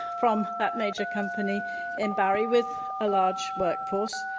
from that major company in barry with a large workforce,